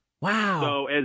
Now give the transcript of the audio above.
Wow